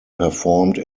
performed